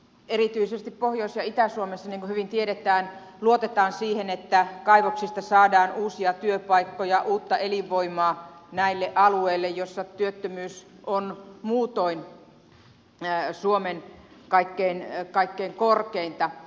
erityisesti pohjois ja itä suomessa niin kuin hyvin tiedetään luotetaan siihen että kaivoksista saadaan uusia työpaikkoja uutta elinvoimaa näille alueille joilla työttömyys on muutoin suomen kaikkein korkeinta